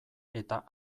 eta